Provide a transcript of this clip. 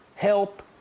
help